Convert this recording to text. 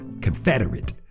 confederate